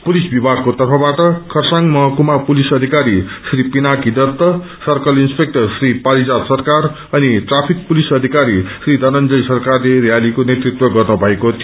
police विभागको तर्फबाट खरसाङ महकुमा पुलिस अधिकारी श्री पिनाक्री दत्त सर्कल इन्स्पेक्टर श्री पारिजात सरकार अनि ट्राफिक पुसिस अधिकारी श्री धनंजय सरकारले रयालीको नेतृत्व गर्नु भएको थियो